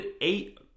eight